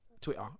Twitter